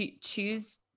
choose